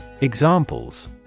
Examples